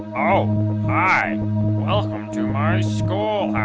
oh hi welcome to my schoolhouse